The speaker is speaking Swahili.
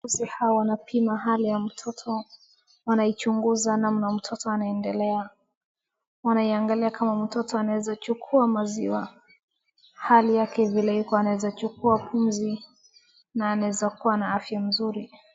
Wauguzi hawa wanapima hali ya mtoto. Wanaichunguza namna mtoto anaendelea, wanaiyangalia kama mtoto anaweza chukua maziwa. Hali yake vile iko anaeza chukua pumzi na anaeza kuwa na afya nzuri.